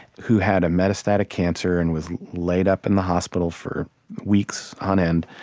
who had a metastatic cancer and was laid up in the hospital for weeks on end.